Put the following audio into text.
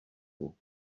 nhw